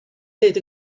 ddweud